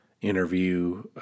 interview